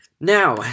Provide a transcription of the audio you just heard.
Now